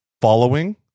following